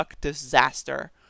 disaster